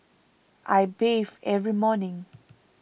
I bathe every morning